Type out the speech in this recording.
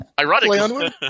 ironically